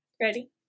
Ready